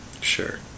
Sure